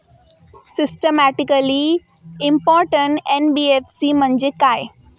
Systematically important NBFC म्हणजे काय?